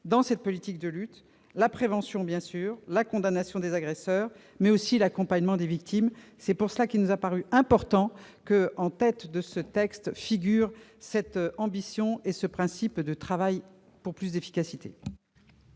dans cet amendement : la prévention, bien sûr, la condamnation des agresseurs, mais aussi l'accompagnement des victimes. C'est pour cela qu'il nous a paru important que, en tête de ce texte, figurent cette ambition et ce principe de travail pour plus d'efficacité.